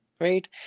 right